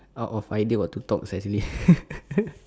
out of idea what to talk sia actually